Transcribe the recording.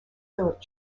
philip